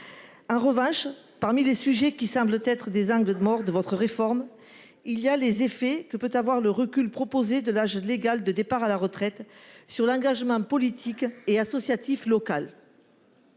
En revanche, parmi les sujets qui semblent des angles morts de votre réforme, il y a les effets que peut avoir le recul proposé de l'âge légal de départ à la retraite sur l'engagement politique et associatif local.